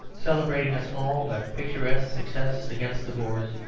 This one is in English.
celebrating a small but picturesque success against the boers,